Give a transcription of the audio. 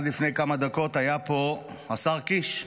לפני כמה דקות היה פה השר קיש,